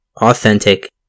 authentic